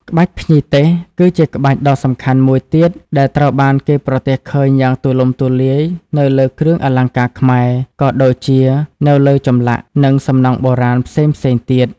ក្បាច់ភ្ញីទេស គឺជាក្បាច់ដ៏សំខាន់មួយទៀតដែលត្រូវបានគេប្រទះឃើញយ៉ាងទូលំទូលាយនៅលើគ្រឿងអលង្ការខ្មែរ ក៏ដូចជានៅលើចម្លាក់ និងសំណង់បុរាណផ្សេងៗទៀត។